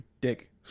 dick